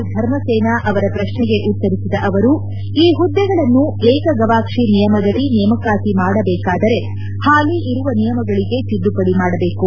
ಧರ್ಮಸೇನ ಅವರ ಪ್ರಶ್ನೆಗೆ ಉತ್ತರಿಸಿದ ಅವರು ಈ ಪುದ್ದೆಗಳನ್ನು ಏಕಗವಾಕ್ಷಿ ನಿಯಮದಡಿ ನೇಮಕಾತಿ ಮಾಡಬೇಕಾದರೆ ಪಾಲಿ ಇರುವ ನಿಯಮಗಳಿಗೆ ತಿದ್ದುಪಡಿ ಮಾಡಬೇಕು